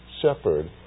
shepherd